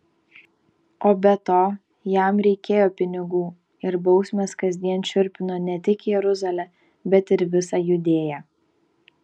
o be to jam reikėjo pinigų ir bausmės kasdien šiurpino ne tik jeruzalę bet ir visą judėją